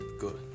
good